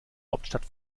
hauptstadt